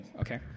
okay